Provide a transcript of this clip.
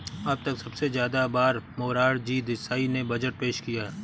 अब तक सबसे ज्यादा बार मोरार जी देसाई ने बजट पेश किया है